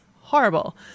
horrible